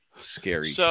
Scary